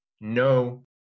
no